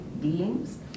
beings